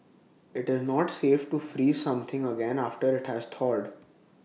IT is not safe to freeze something again after IT has thawed